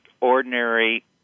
ordinary